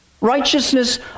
Righteousness